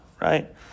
right